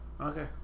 Okay